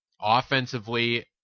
Offensively